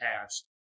past